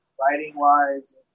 writing-wise